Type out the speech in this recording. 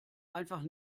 einfach